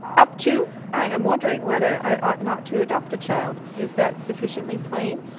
up to? i am wondering whether i ought not to adopt the child. is that sufficiently plain?